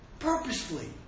purposefully